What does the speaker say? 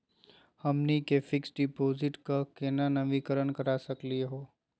हमनी के fix deposit क केना नवीनीकरण करा सकली हो?